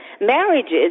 marriages